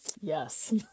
Yes